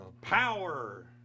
power